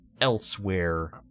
elsewhere